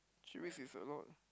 three weeks is a lot